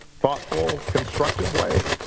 thoughtful, constructive way?